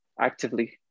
actively